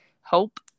hope